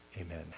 amen